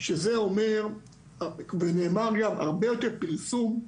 שזה אומר ונאמר גם הרבה יותר פרסום,